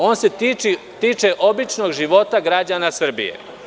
On se tiče običnog života građana Srbije.